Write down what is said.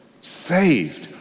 Saved